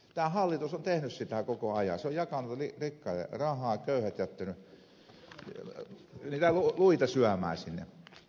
tämä hallitus on tehnyt sitä koko ajan se on jakanut rikkaille rahaa ja jättänyt köyhät niitä luita syömään